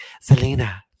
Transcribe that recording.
Selena